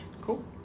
cool